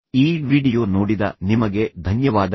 ಈ ವಿಡಿಯೋ ನೋಡಿದ ನಿಮಗೆ ಧನ್ಯವಾದಗಳು